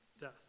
death